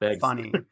funny